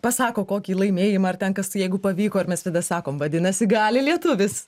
pasako kokį laimėjimą ar ten kas jeigu pavyko ir mes visad sakom vadinasi gali lietuvis